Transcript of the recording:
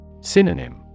Synonym